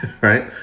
right